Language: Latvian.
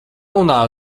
runā